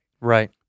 Right